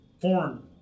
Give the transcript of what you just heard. foreign